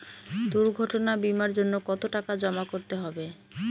দুর্ঘটনা বিমার জন্য কত টাকা জমা করতে হবে?